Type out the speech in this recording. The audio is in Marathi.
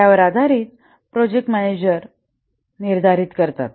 यावर आधारित प्रोजेक्ट मॅनेजर निर्धारित करतात